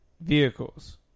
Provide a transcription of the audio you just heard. vehicles